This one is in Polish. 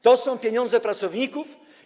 To są pieniądze pracowników.